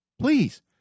Please